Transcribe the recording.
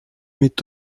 mit